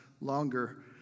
longer